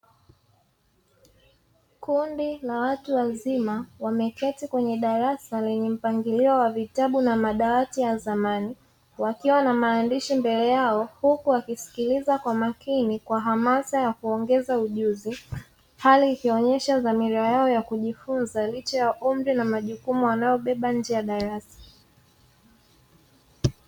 Kundi la watu wazima wameketi kwenye darasa lenye mpangilio wa vitabu na madawati ya zamani wakiwa na maandishi mbele yao huku wakisikiliza kwa makini kwa hamasa ya kuongeza ujuzi, hali ikionyesha dhamira yao ya kujifunza licha ya umri na majukumu wanaobeba nje ya darasa.